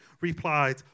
replied